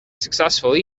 successfully